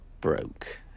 broke